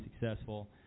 successful